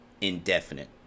indefinite